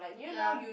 ya